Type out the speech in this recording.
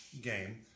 game